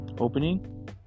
opening